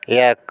এক